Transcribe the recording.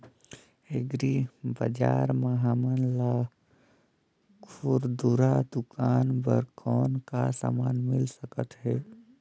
Agri बजार म हमन ला खुरदुरा दुकान बर कौन का समान मिल सकत हे?